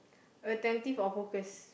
attentive or focus